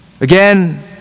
Again